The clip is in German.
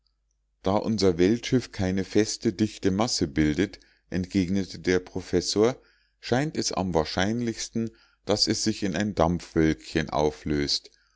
da unser weltschiff keine feste dichte masse bildet entgegnete der professor scheint es am wahrscheinlichsten daß es sich in ein dampfwölkchen auflöst